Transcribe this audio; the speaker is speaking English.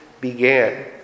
began